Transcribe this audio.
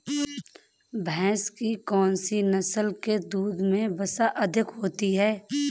भैंस की कौनसी नस्ल के दूध में वसा अधिक होती है?